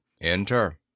enter